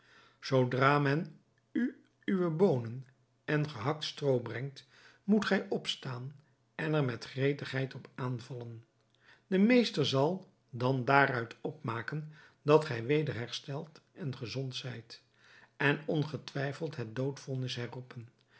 zoodra men u uwe boonen en gehakt stroo brengt moet gij opstaan en er met gretigheid op aanvallen de meester zal dan daaruit opmaken dat gij weder hersteld en gezond zijt en ongetwijfeld het doodvonnis herroepen